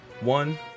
one